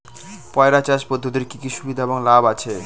পয়রা চাষ পদ্ধতির কি কি সুবিধা এবং লাভ আছে?